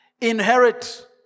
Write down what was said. Inherit